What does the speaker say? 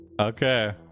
Okay